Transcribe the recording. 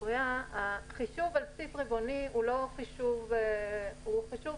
החישוב על בסיס רבעוני הוא חישוב סטנדרטי.